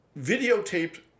videotaped